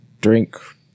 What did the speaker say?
drink